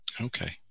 Okay